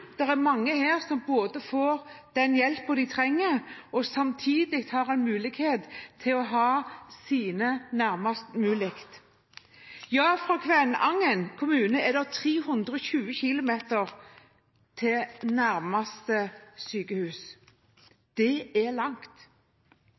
der som både får den hjelpen de trenger, og samtidig har en mulighet til å ha sine nærmest mulig. Fra Kvænangen kommune er det 320 kilometer til nærmeste sykehus. Det er langt.